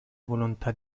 volontà